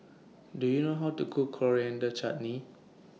Do YOU know How to Cook Coriander Chutney